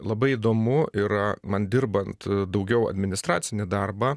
labai įdomu yra man dirbant daugiau administracinį darbą